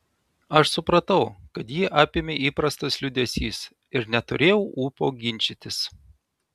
aš supratau kad jį apėmė įprastas liūdesys ir neturėjau ūpo ginčytis